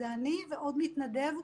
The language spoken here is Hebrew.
זה אני ועוד מתנדב.